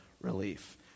relief